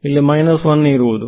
ಇಲ್ಲಿ ಮೈನಸ್ 1 ಇರುವುದು